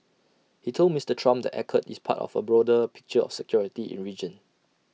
he told Mister Trump the accord is part of A broader picture of security in region